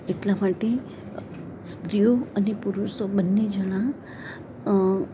એટલા માટે સ્ત્રીઓ અને પુરુષો બંને જણા